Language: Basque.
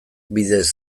bidez